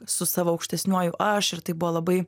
su savo aukštesniuoju aš ir tai buvo labai